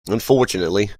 unfortunately